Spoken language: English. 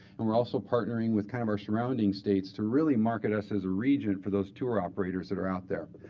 and we're also partnering with kind of our surrounding states to really market us as a region for those tour operators that are out there.